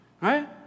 Right